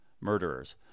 murderers